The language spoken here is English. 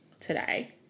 today